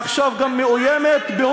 שעכשיו גם מאוימת התנועה האסלאמית לא מסיתה?